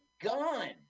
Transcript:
gun